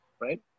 right